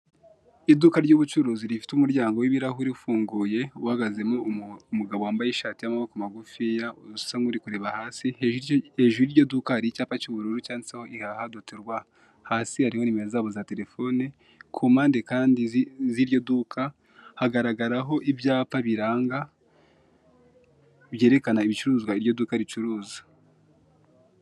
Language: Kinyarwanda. Iduka ry'ubucuruzi rifite umuryango w'ibirahure ufunguye uhagaze mo umugabo wambaye ishati y'amaboko magufi usa nkuri kureba hasi, hejuru yiryo duka hari icyapa cy'ubururu cyanditseho hiyaha dotirwa hasi hariho nimero zabo za terefoni ku mpande kandi ziryo duka hagaragaraho ibyapa biranga byerekana ibicuruzwa iryo duka ricuruza.